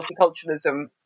multiculturalism